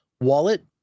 Wallet